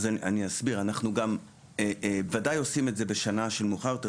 אנחנו ודאי עושים את זה שנה מאוחר יותר,